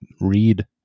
read